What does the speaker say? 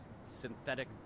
synthetic